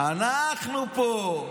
אנחנו פה,